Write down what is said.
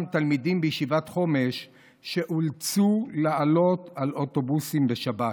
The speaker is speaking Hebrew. תלמידים בישיבת חומש שאולצו לעלות על אוטובוסים בשבת.